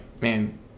man